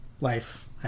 life